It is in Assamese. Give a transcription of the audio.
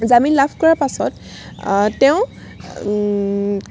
জামিন লাভ কৰাৰ পাছত তেওঁ